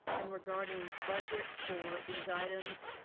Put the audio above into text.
and, regarding budget for these items,